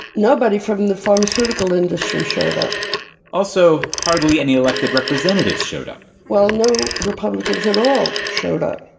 nobody from the pharmaceutical industry showed up also, hardly any elected representatives showed up well, no republicans at all showed up.